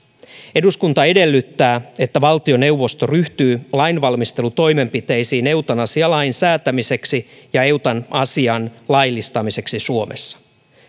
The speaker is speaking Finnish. eduskunta edellyttää että valtioneuvosto ryhtyy lainvalmistelutoimenpiteisiin eutanasialain säätämiseksi ja eutanasian laillistamiseksi suomessa